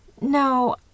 No